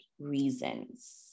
reasons